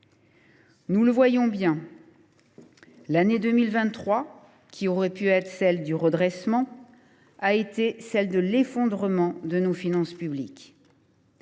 Nous le voyons bien, l’année 2023, qui aurait pu être celle du redressement, a été celle de l’effondrement de nos finances publiques.